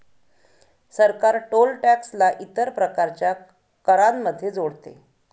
सरकार toll tax ला इतर प्रकारच्या करांमध्ये जोडते